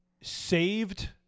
saved